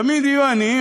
תמיד יהיו עניים,